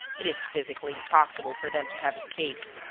it is physically impossible for them to have escaped.